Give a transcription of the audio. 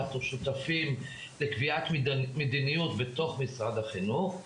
אנחנו שותפים לקביעת מדיניות בתוך משרד החינוך.